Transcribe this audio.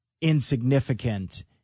insignificant